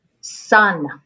sun